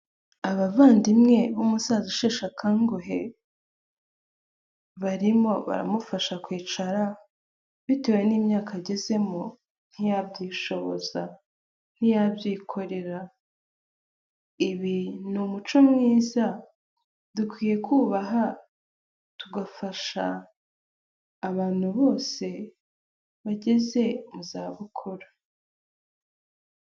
Abavandimwe b'umusaza usheshe akanguhe barimo baramufasha kwicara bitewe n'imyaka agezemo ntiyabyishoboza, ntiyabyikorera. Ibi ni umuco mwiza dukwiye kubaha tugafasha abantu bose bageze mu zabukuru.